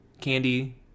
candy